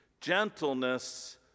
gentleness